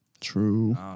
True